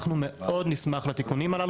אנחנו מאוד נשמח לתיקונים הללו.